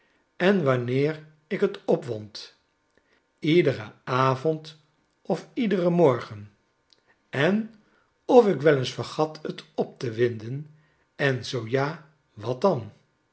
en wanneer ik t opwond iederen avond of iederen morgen en of ik wel eens vergat t op te winden en zoo ja wat dan